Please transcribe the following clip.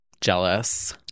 Jealous